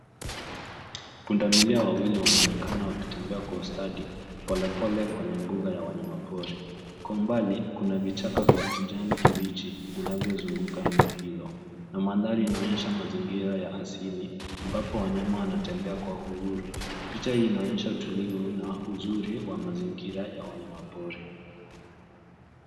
Pundamilia wawili wanaonekana wakitembea kwa ustadi polepole kwenye mbuga ya wanyamapori. Kwa umbali kuna vichaka vya kijani kibichi vinavyozunguka eneo hilo na mandhari inaonyesha mazingira ya asili ambapo wanyama wanatembea kwa uhuru. Picha hii inaonyesha utulivu na uzuri wa mazingira ya wanyamapori.